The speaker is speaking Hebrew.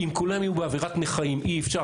אם כולם יהיו באווירת נכאים אי אפשר